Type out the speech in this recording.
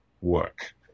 work